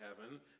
heaven